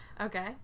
okay